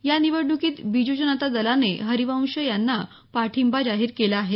या निवडणूकीत बिजू जनता दलाने हरिवंश यांना पाठिंबा जाहीर केला आहे